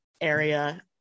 area